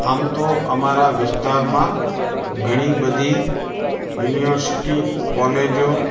આમ તો અમારા વિસ્તારમાં ઘણી બધી યુનિવર્સિટી કૉલેજો